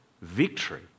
victory